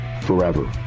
forever